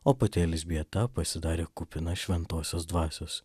o pati elzbieta pasidarė kupina šventosios dvasios